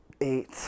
eight